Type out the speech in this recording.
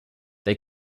they